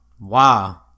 Wow